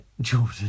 Jordan